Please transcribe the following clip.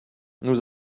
nous